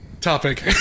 Topic